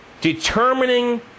determining